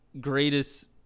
greatest